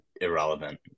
irrelevant